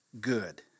good